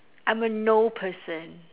I'm a know person